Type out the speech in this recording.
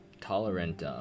tolerant